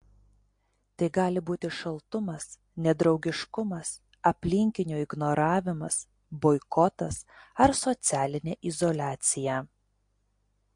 tai gali būti šaltumas nedraugiškumas aplinkinių ignoravimas boikotas ar socialinė izoliacija